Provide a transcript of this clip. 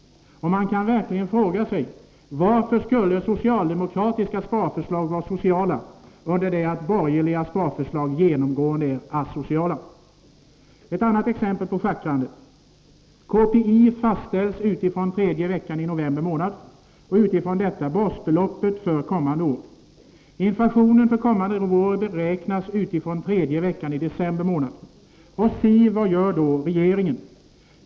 Man kan verkligen fråga sig: Varför är socialdemokraternas sparförslag alltid sociala, medan de borgerligas genomgående är asociala? Jag kan ge ett annat exempel på schackrandet. KPI fastställs utifrån tredje veckan i november månad och utifrån detta basbeloppet för kommande år. Inflationen för kommande år räknas utifrån tredje veckan i december månad. Och se, vad gör då regeringen?